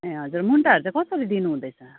ए हजुर मुन्टाहरू चाहिँ कसरी दिनुहुँदैछ